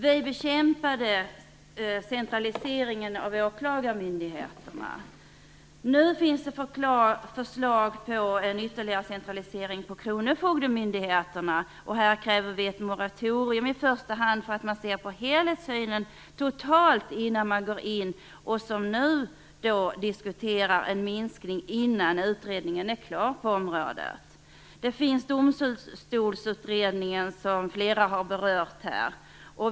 Vi bekämpade centraliseringen av åklagarmyndigheterna. Nu finns det förslag på en ytterligare centralisering på kronofogdemyndigheterna. I fråga om detta kräver vi i första hand ett moratorium för att man skall se på helhetssynen innan man går in och som nu diskuterar en minskning innan utredningen är klar på området. Flera har berört Domstolsutredningen.